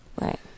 right